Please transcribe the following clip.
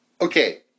okay